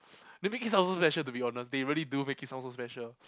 maybe it sounds so special to be honest because they really do make it sound so special